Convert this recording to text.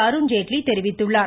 அருண்ஜேட்லி தெரிவித்துள்ளார்